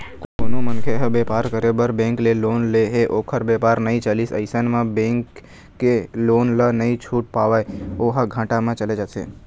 कोनो मनखे ह बेपार करे बर बेंक ले लोन ले हे ओखर बेपार नइ चलिस अइसन म बेंक के लोन ल नइ छूट पावय ओहा घाटा म चले जाथे